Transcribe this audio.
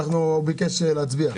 הוא ביקש להצביע.